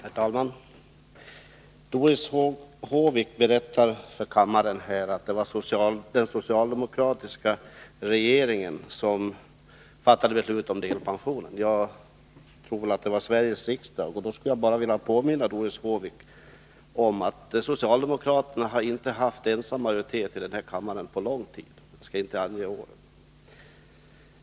Herr talman! Doris Håvik berättar för kammaren att det var den socialdemokratiska regeringen som fattade beslut om delpensioneringen. Jag trodde att det var Sveriges riksdag. Jag vill påminna Doris Håvik om att socialdemokraterna inte på länge ensamma har haft majoritet i denna kammare.